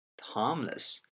harmless